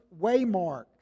waymark